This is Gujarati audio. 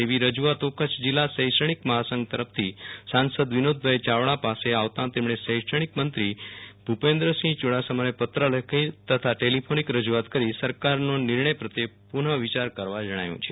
તેવી રજૂઆતો કચ્છ જિલ્લા શૈક્ષણિક મહાસંઘ તરફથી સાંસદ વિનોદભાઇ ચાવડા પાસે આવતા તેમણે શૈક્ષણિક મંત્રી ભુપેન્દ્રસિંહ ચુડાસમાને પત્ર લખી તથા ટેલિફોનિક રજૂઆત કરી સરકારના નિર્ણય પ્રત્યે પુનઃ વિચાર કરવા જણાવ્યુ છે